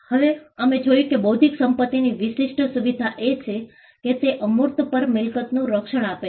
હવે અમે જોયું કે બૌદ્ધિક સંપત્તિની વિશિષ્ટ સુવિધા એ છે કે તે અમૂર્ત પર મિલકતનું રક્ષણ આપે છે